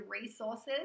resources